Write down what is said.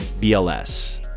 BLS